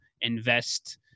invest